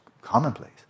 commonplace